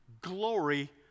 glory